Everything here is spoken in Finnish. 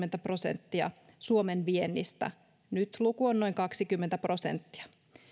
oli kahdeksankymmentä prosenttia suomen viennistä nyt luku on noin kaksikymmentä prosenttia